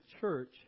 church